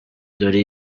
dore